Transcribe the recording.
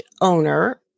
owner